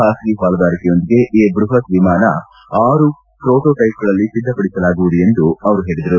ಬಾಸಗಿ ಪಾಲುದಾರಿಕೆಯೊಂದಿಗೆ ಈ ಬೃಹತ್ ವಿಮಾನ ಆರು ಪ್ರೋಟೋ ಟೈಪ್ಗಳಲ್ಲಿ ಸಿದ್ದಪಡಿಸಲಾಗುವುದು ಎಂದು ಅವರು ಹೇಳಿದರು